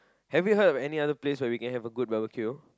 have you heard of any other place where we can have a good barbecue